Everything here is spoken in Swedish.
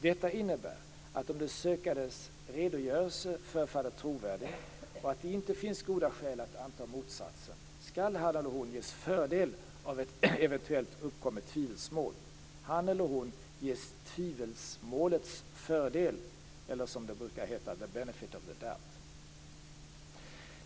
Detta innebär att om den sökandes redogörelse verkar trovärdig och om det inte finns goda skäl att anta motsatsen, skall han eller hon ges fördel av ett eventuellt uppkommet tvivelsmål. Han eller hon ges tvivelsmålets fördel, eller, som det brukar heta: the benefit of the doubt.